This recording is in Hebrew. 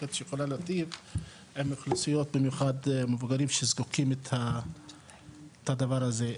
מבורכת שיכולה להטיב עם אוכלוסיות שבמיוחד צריכות את הדבר הזה.